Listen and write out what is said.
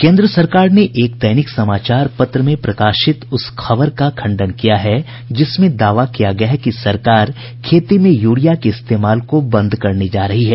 केन्द्र सरकार ने एक दैनिक समाचार पत्र में प्रकाशित उस खबर का खंडन किया है जिसमें दावा किया गया है कि सरकार खेती में यूरिया के इस्तेमाल को बंद करने जा रही है